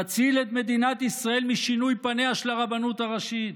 תציל את מדינת ישראל משינוי פניה של הרבנות הראשית,